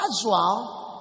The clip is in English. casual